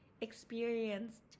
experienced